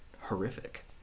horrific